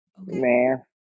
Man